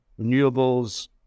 renewables